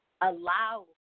Allow